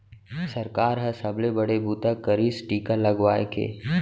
सरकार ह सबले बड़े बूता करिस टीका लगवाए के